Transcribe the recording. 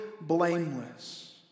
blameless